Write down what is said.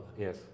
Yes